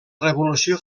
revolució